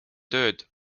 tööd